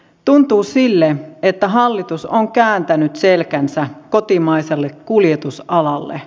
tuntuu sille että hallitus on kääntänyt selkänsä kotimaiselle kuljetusalalle